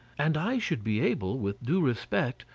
and i should be able, with due respect,